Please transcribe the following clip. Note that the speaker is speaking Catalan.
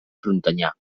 frontanyà